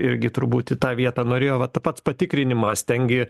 irgi turbūt į tą vietą norėjo vat pats patikrinimas tengi